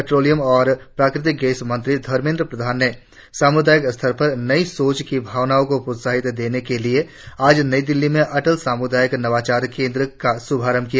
petroleum और प्राकृतिक gas मंत्री धर्मेंद्र प्रधान ने सामुदायिक स्तर पर नई सोच की भावना को प्रोत्साहित देने के लिए आज नई दिल्ली में अटल सामुदायिक नवाचार केंद्र का श्रभारंभ किया